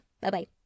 bye-bye